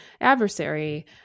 adversary